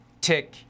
tick